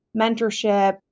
mentorship